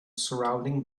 surrounding